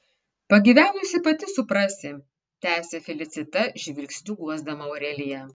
pagyvenusi pati suprasi tęsė felicita žvilgsniu guosdama aureliją